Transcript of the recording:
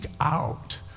out